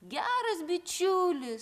geras bičiulis